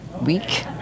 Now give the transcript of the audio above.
week